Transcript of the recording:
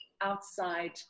outside